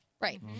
Right